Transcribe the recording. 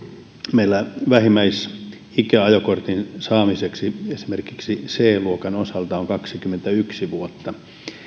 meillä vähimmäisikä ajokortin saamiseksi esimerkiksi c luokan osalta on kaksikymmentäyksi vuotta